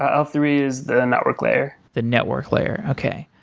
ah l three is the network layer. the network layer. okay.